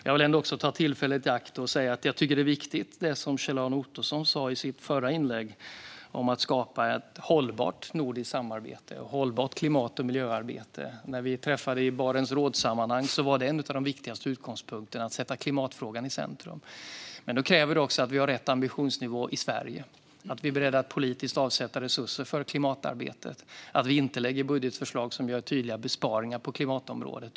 Jag vill ta tillfället i akt att säga att jag tycker att det som Kjell-Arne Ottosson sa i sitt förra inlägg om att skapa ett hållbart nordiskt samarbete och ett hållbart klimat och miljöarbete är viktigt. När vi träffades i Barentsrådetsammanhang var en av de viktigaste utgångspunkterna att sätta klimatfrågan i centrum. Men då krävs det också att vi har rätt ambitionsnivå i Sverige, att vi är beredda att politiskt avsätta resurser för klimatarbetet och att vi inte lägger fram budgetförslag som innebär tydliga besparingar på klimatområdet.